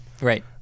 Right